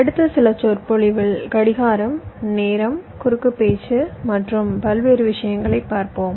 அடுத்த சில சொற்பொழிவில் கடிகாரம்நேரம் குறுக்கு பேச்சு மற்றும் பல்வேறு விஷயங்களைப் பார்ப்போம்